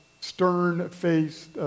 stern-faced